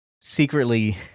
secretly